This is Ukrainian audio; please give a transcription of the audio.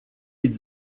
від